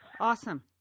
awesome